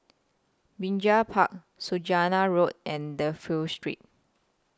Binjai Park Saujana Road and Dafne Street